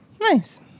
Nice